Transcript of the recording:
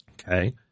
Okay